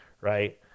right